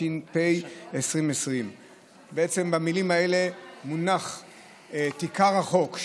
התש"ף 2020. בעצם במילים האלה מונח עיקר החוק,